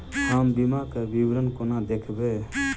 हम बीमाक विवरण कोना देखबै?